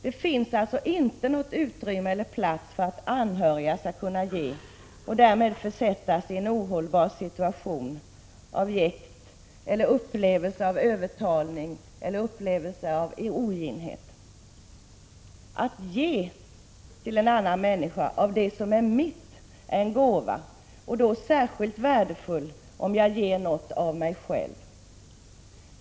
Det finns alltså inte något utrymme för att anhöriga skall kunna ge och därmed försättas i en ohållbar situation av jäkt eller upplevelse av övertalning eller av oginhet. Att ge till en annan människa av det som är mitt är en gåva, och den är särskilt värdefull om jag ger något av mig själv.